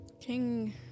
King